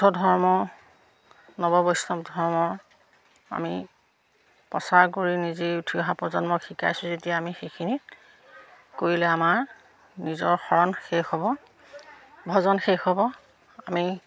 ধৰ্ম নৱবৈষ্ণৱ ধৰ্ম আমি প্ৰচাৰ কৰি নিজেই উঠি অহা প্ৰজন্মক শিকাইছোঁ যেতিয়া আমি সেইখিনি কৰিলে আমাৰ নিজৰ শৰণ শেষ হ'ব ভজন শেষ হ'ব আমি